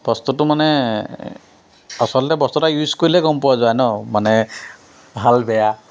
বস্তুটো মানে আচলতে বস্তু এটা ইউজ কৰিলে গম পোৱা যায় ন মানে ভাল বেয়া